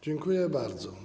Dziękuję bardzo.